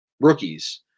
Rookies